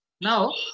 Now